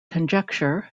conjecture